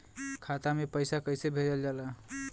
खाता में पैसा कैसे भेजल जाला?